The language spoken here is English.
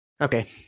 Okay